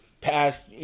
past